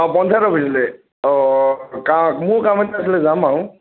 অ' পঞ্চায়ত অফিচলৈ অ' কাম মোৰ কাম এটা আছিলে যাম বাৰু